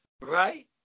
right